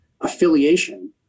affiliation